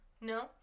No